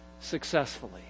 successfully